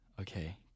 okay